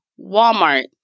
Walmart